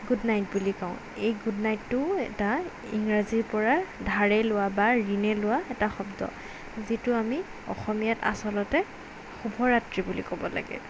good night বুলি কওঁ এই গুড নাইটটো এটা ইংৰাজীৰ পৰা ধাৰে লোৱা বা ঋণে লোৱা এটা শব্দ যিটো আমি অসমীয়াত আচলতে শুভৰাত্ৰি বুলি ক'ব লাগে